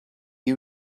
you